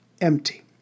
empty